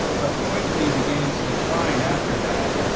but quickly began to decline after that,